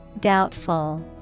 Doubtful